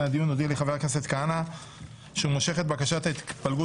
הדיון הודיע לי חבר הכנסת כהנא שהוא מושך את בקשת ההתפלגות